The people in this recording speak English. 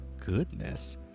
goodness